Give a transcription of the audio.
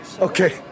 Okay